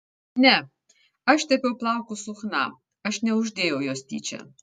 ne aš tepiau plaukus su chna aš neuždėjau jos tyčia